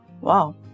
Wow